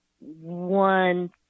one